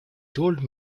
told